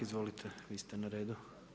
Izvolite vi ste na redu.